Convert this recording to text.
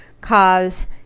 cause